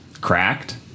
cracked